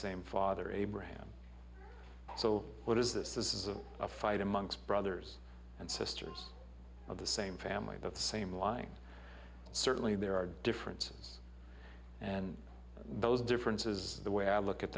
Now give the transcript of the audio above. same father abraham so what is this this is a fight amongst brothers and sisters of the same family but the same lie and certainly there are differences and those differences the way i look at